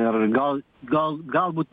ir gal gal galbūt